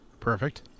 perfect